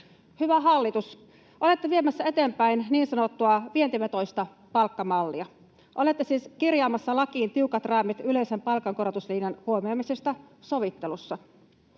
Hyvä hallitus, olette viemässä eteenpäin niin sanottua vientivetoista palkkamallia. Olette siis kirjaamassa lakiin tiukat raamit yleisen palkankorotuslinjan huomioimisesta sovittelussa.